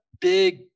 big